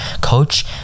coach